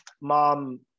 mom